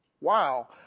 Wow